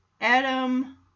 Adam